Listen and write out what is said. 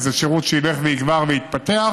זה שירות שילך ויגבר ויתפתח.